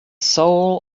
soul